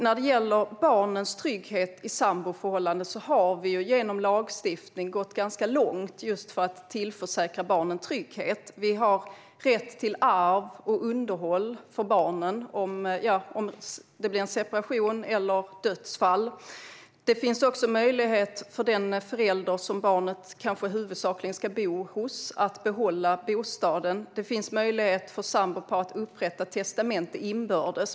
När det gäller barnens trygghet i samboförhållanden har vi genom lagstiftning gått ganska långt just för att tillförsäkra barnen trygghet. Vi har rätt till arv och underhåll för barnen om det blir en separation eller ett dödsfall. Det finns också möjlighet för den förälder som barnet kanske huvudsakligen ska bo hos att behålla bostaden. Det finns möjlighet för sambopar att upprätta inbördes testamente.